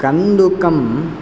कन्दुकम्